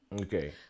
Okay